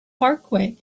parkway